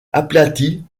aplati